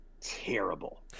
terrible